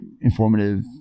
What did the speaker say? informative